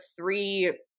three